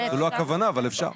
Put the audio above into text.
זו לא הכוונה, אבל אפשר.